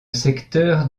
secteur